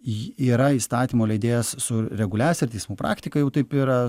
yra įstatymų leidėjas su reguliacija teismų praktika jau taip yra